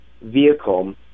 vehicle